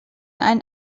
einen